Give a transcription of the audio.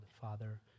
Father